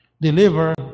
deliver